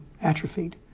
atrophied